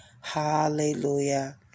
hallelujah